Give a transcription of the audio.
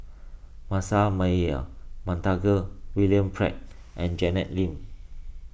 Manasseh Meyer Montague William Pett and Janet Lim